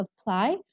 apply